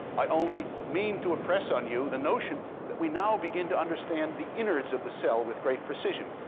i only mean to impress on you the notion that we now begin to understand the innards of the cell with great precision.